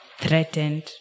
threatened